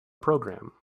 program